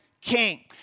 king